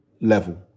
level